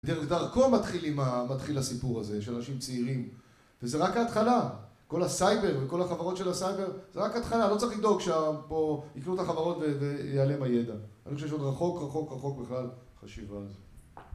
דרכו מתחיל הסיפור הזה, של אנשים צעירים וזה רק ההתחלה. כל הסייבר וכל החברות של הסייבר זה רק ההתחלה, לא צריך לדאוג שפה יקנו את החברות ויעלם הידע. אני חושב שיש עוד רחוק, רחוק, רחוק בכלל החשיבה...